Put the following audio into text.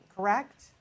correct